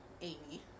Amy